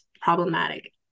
problematic